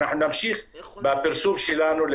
אנחנו נמשיך בפרסום שלנו.